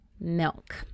milk